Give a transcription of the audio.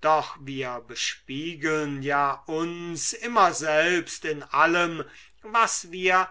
doch wir bespiegeln ja uns immer selbst in allem was wir